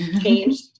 changed